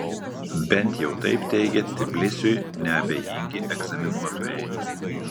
bent jau taip teigia tbilisiui neabejingi egzaminuotojai